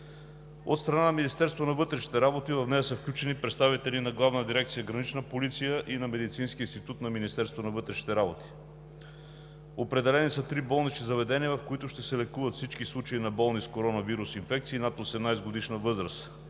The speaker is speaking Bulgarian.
От страна на Министерството на вътрешните работи в нея са включени представители на Главна дирекция „Гранична полиция“ и на Медицинския институт на МВР. Определени са три болнични заведения, в които ще се лекуват всички случаи на болни с коронавирус инфекции над 18-годишна възраст: